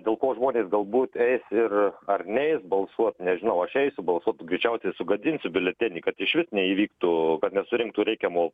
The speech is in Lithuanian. dėl ko žmonės galbūt eis ir ar neis balsuot nežinau aš eisiu balsuot greičiausiai sugadinsiu biuletenį kad išvis neįvyktų kad nesurinktų reikiamo